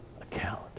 account